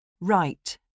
Right